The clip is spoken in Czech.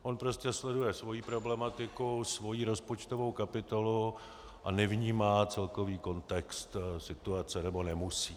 On prostě sleduje svoji problematiku, svoji rozpočtovou kapitolu a nevnímá celkový kontext situace, nebo nemusí.